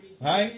Right